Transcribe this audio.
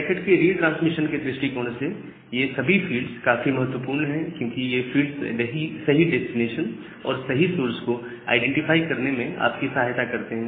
packet के retransmission के दृष्टिकोण से ये सभी फ़ील्ड्स काफी महत्वपूर्ण है क्योंकि ये फ़ील्ड्स सही डेस्टिनेशन और सही सोर्स को आईडेंटिफाई करने में आपकी सहायता करते हैं